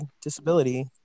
disability